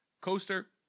coaster